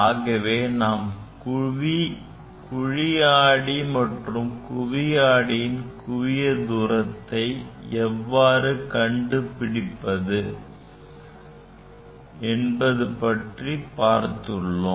ஆகவே நாம் குழி ஆடி மற்றும் குவி ஆடியின் குவிய தூரத்தை எவ்வாறு கண்டறிவது என்பது பற்றி பார்த்துள்ளோம்